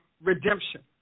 redemption